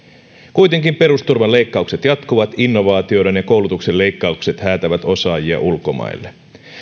kuitenkin perusturvan leikkaukset jatkuvat ja innovaatioiden ja koulutuksen leikkaukset häätävät osaajia ulkomaille